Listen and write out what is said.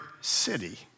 City